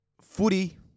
footy